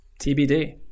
TBD